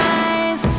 eyes